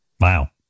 Wow